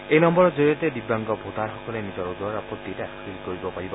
এই নম্বৰৰ জৰিয়তে দিব্যাংগ ভোটাৰসকলে নিজৰ ওজৰ আপত্তি দাখিল কৰিব পাৰিব